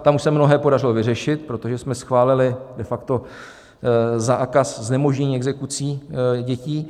Tam už se mnohé podařilo vyřešit, protože jsme schválili de facto zákaz znemožnění exekucí dětí.